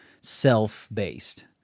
self-based